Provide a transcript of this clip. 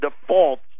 defaults